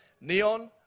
Neon